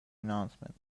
announcement